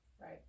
Right